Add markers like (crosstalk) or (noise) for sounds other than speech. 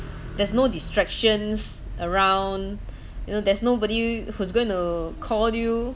there's no distractions around (breath) you know there's nobody who's going to call you